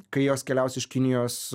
kai jos keliaus iš kinijos